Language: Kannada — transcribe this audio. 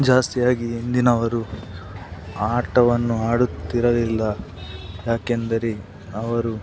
ಜಾಸ್ತಿಯಾಗಿ ಹಿಂದಿನವರು ಆಟವನ್ನು ಆಡುತ್ತಿರಲಿಲ್ಲ ಯಾಕೆಂದರೆ ಅವರು